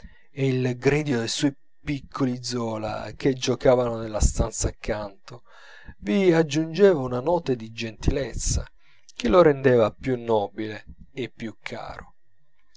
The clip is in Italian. e il gridio dei due piccoli zola che giocavano nella stanza accanto vi aggiungeva una nota di gentilezza che lo rendeva più nobile e più caro